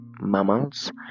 mammals